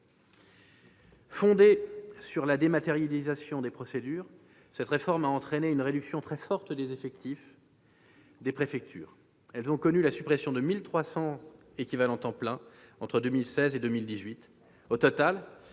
Fondée sur la dématérialisation des procédures, cette réforme a entraîné une réduction très forte des effectifs des préfectures. Celles-ci ont connu la suppression de 1 300 équivalents temps plein entre 2016 et 2018.